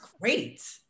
great